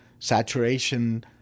saturation